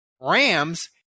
Rams